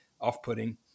off-putting